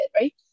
Right